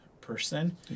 person